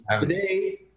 today